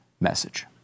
message